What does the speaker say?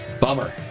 Bummer